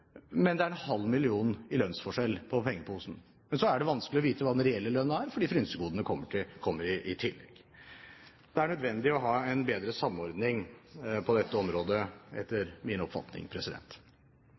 men det er en halv million i lønnsforskjell i pengepungen. Men så er det vanskelig å vite hva den reelle lønnen er, fordi frynsegodene kommer i tillegg. Det er nødvendig å ha en bedre samordning på dette området, etter